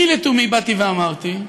אני לתומי באתי ואמרתי: